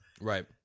Right